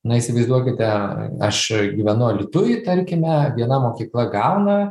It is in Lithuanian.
na įsivaizduokite aš gyvenu alytuj tarkime viena mokykla gauna